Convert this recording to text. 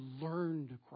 learned